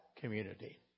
community